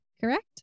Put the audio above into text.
Correct